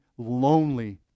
lonely